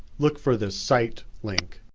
look for the cite link.